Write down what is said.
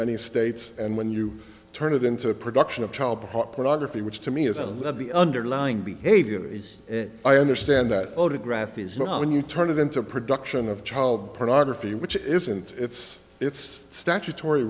many states and when you turn it into a production of child pornography which to me is a look at the underlying behavior and i understand that photograph is not when you turn it into a production of child pornography which it isn't it's it's statutory